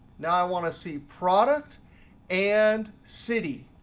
now i want to see product and city.